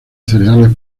cereales